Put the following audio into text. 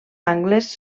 angles